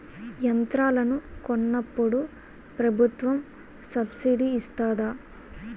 యంత్రాలను కొన్నప్పుడు ప్రభుత్వం సబ్ స్సిడీ ఇస్తాధా?